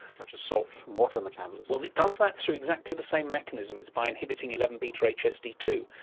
such as salt from water metabolism well it does that through exactly the same mechanism, it's by inhibiting eleven beta h s d two.